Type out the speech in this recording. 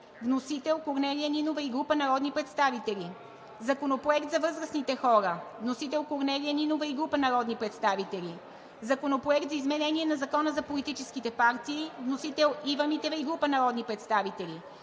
е от Корнелия Нинова и група народни представители. Законопроект за възрастните хора. Внесен е от Корнелия Нинова и група народни представители. Законопроект за изменение на Закона за политическите партии. Внесен е от Ива Митева и група народни представители.